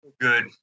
Good